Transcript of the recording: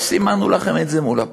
לא סימנו לכם את זה מול הפרצוף,